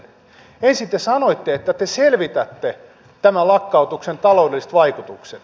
ensin te sanoitte että te selvitätte tämän lakkautuksen taloudelliset vaikutukset